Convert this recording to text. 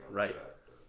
right